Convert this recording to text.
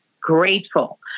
grateful